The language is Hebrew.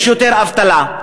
יש יותר אבטלה,